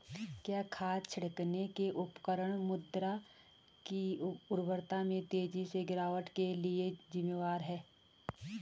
क्या खाद छिड़कने के उपकरण मृदा की उर्वरता में तेजी से गिरावट के लिए जिम्मेवार हैं?